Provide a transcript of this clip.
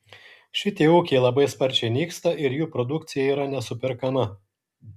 šitie ūkiai labai sparčiai nyksta ir jų produkcija yra nesuperkama